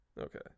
Okay